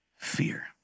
Fear